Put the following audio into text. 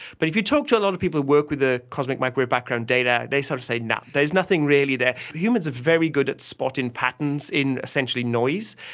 but if you talk to a lot of people who work with the cosmic microwave background data they sort of say no, there is nothing really there. humans are very good at spotting patterns in essentially noise,